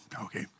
okay